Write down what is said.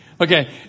Okay